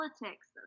politics